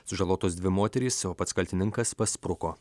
sužalotos dvi moterys o pats kaltininkas paspruko